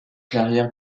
clairière